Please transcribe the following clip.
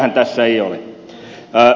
sitähän tässä ei ole